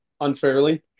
unfairly